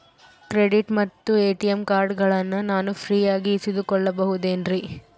Credit ಮತ್ತ ATM ಕಾರ್ಡಗಳನ್ನ ನಾನು ಫ್ರೇಯಾಗಿ ಇಸಿದುಕೊಳ್ಳಬಹುದೇನ್ರಿ?